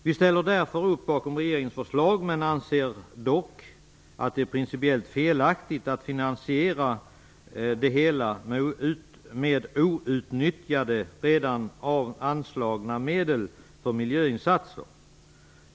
Vi ställer alltså upp bakom regeringens förslag men anser dock att det är principiellt felaktigt att finansiera det hela med outnyttjade redan anslagna medel för miljöinsatser.